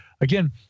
again